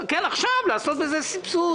כן, עכשיו לעשות בזה סבסוד.